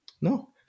No